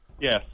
Yes